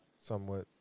somewhat